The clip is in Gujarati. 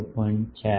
4 ઇંચ છે